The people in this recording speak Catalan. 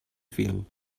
fil